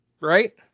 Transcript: right